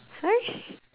sorry